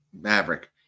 Maverick